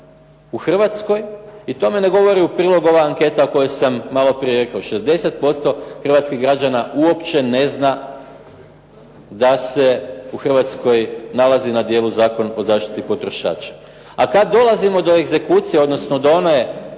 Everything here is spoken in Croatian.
u Hrvatskoj i tome ne govori u prilog ova anketa o kojoj sam malo prije rekao, 60% hrvatskih građana uopće ne zna da se u Hrvatskoj nalazi na djelu Zakon o zaštiti potrošača. A kad dolazimo do egzekucije, odnosno do one